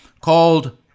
called